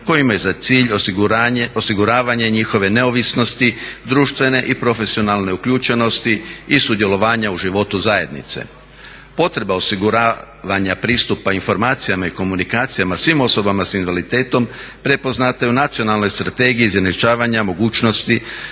kojima je za cilj osiguravanje njihove neovisnosti, društvene i profesionalne uključenosti i sudjelovanja u životu zajednice. Potreba osiguravanja pristupa informacijama i komunikacijama svim osoba s invaliditetom prepoznata je u Nacionalnoj strategiji izjednačavanja mogućnosti